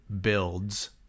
Builds